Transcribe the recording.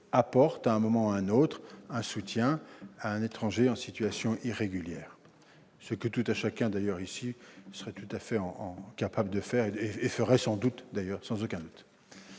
apportent, à un moment ou à un autre, un soutien à un étranger en situation irrégulière. Ce que chacun d'entre nous serait tout à fait capable de faire- et ferait d'ailleurs sans aucun doute.